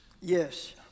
Yes